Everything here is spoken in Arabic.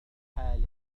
حال